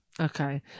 Okay